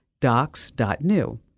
docs.new